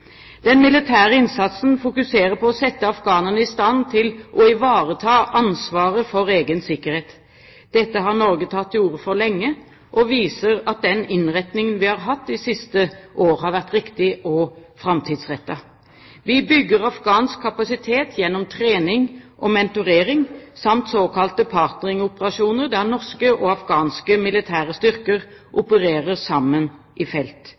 Den militære innsatsen fokuserer på å sette afghanerne i stand til å ivareta ansvaret for egen sikkerhet. Dette har Norge tatt til orde for lenge, og det viser at den innretningen vi har hatt de siste årene, har vært riktig og framtidsrettet. Vi bygger afghansk kapasitet gjennom trening og mentorering samt såkalte partneringoperasjoner der norske og afghanske militære styrker opererer sammen i felt.